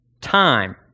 time